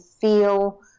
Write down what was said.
feel